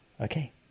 Okay